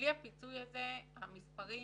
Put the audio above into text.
בלי הפיצוי הזה המספרים